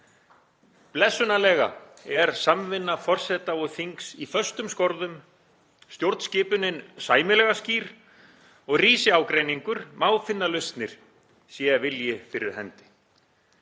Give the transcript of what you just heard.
Blessunarlega er samvinna forseta og þings í föstum skorðum, stjórnskipunin sæmilega skýr og rísi ágreiningur má finna lausnir sé vilji fyrir hendi.